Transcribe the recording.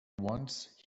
once